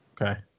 Okay